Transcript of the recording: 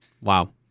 Wow